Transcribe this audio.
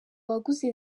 waguze